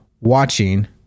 watching